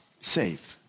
safe